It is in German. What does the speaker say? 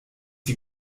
die